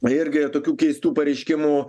irgi tokių keistų pareiškimų